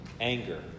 anger